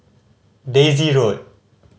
Daisy Road